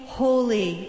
holy